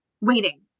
waiting